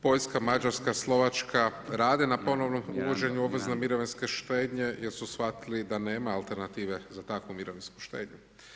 Poljska, Mađarska, Slovačka rade na ponovnom uvođenju obvezne mirovinske štednje, jer su shvatili da nema alternative za takvu mirovinu štednju.